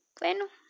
bueno